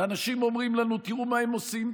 ואנשים אומרים לנו: תראו מה הם עושים,